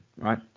right